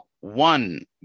one